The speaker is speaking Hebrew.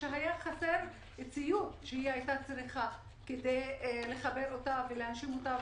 שהיה חסר ציוד שהיא היתה צריכה כדי לחבר אותה ולהנשים אותה.